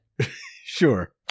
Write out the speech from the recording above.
sure